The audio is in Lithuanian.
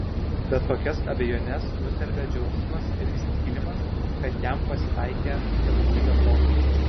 bet kokias abejones nustelbia džiaugsmas ir įsitikinimas kad jam pasitaikė stebuklinga proga